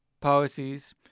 Policies